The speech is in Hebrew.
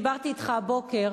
דיברתי אתך הבוקר,